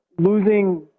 losing